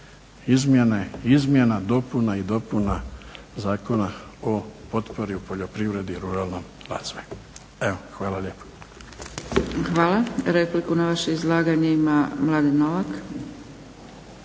izmjene izmjena, dopuna i dopuna Zakona o potpori u poljoprivredi i ruralnom razvoju. Evo. Hvala lijepo. **Zgrebec, Dragica (SDP)** Hvala. Repliku na vaše izlaganje ima Mladen Novak.